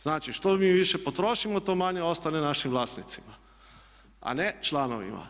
Znači, što mi više potrošimo to manje ostane našim vlasnicima, a ne članovima.